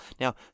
Now